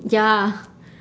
ya